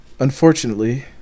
Unfortunately